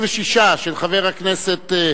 אני מבקש לקיים את השבעת חבר הכנסת דורון אביטל,